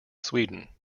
sweden